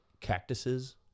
cactuses